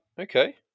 Okay